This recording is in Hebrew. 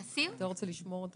אתה לא רוצה לשמור את